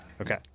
Okay